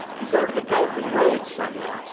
you go to the belt and road summit,